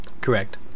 Correct